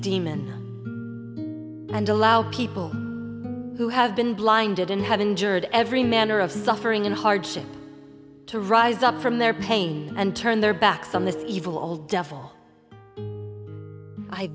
demon and allow people who have been blinded and have injured every manner of suffering and hardship to rise up from their pain and turn their backs on this evil old devil i